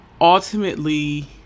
ultimately